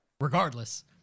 regardless